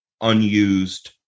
unused